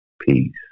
peace